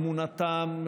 אמונתם,